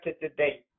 today